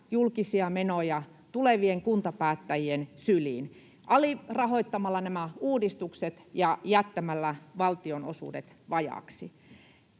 julkisia menoja tulevien kuntapäättäjien syliin: alirahoittamalla nämä uudistukset ja jättämällä valtionosuudet vajaaksi.